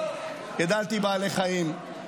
גידלתי בעלי חיים,